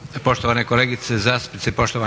Poštovane kolegice i kolege, poštovana